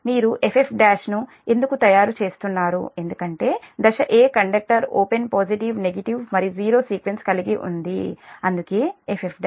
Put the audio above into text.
మీరు F F1 ను ఎందుకు తయారు చేస్తున్నారు ఎందుకంటే దశ 'a' conductor open positive negative మరియు జీరో సీక్వెన్స్ కలిగి ఉంది అందుకే F F1